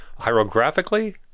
Hierographically